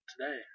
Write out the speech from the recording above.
today